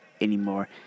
anymore